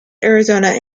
arizona